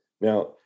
Now